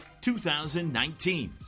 2019